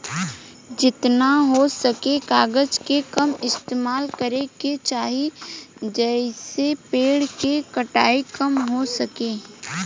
जेतना हो सके कागज के कम इस्तेमाल करे के चाही, जेइसे पेड़ के कटाई कम हो सके